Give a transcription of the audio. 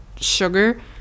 sugar